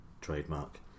trademark